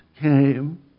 came